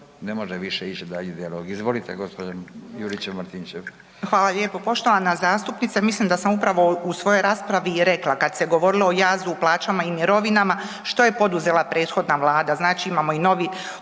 ne može više ići dalje dijalog. Izvolite gospođo Juričev Martinčev.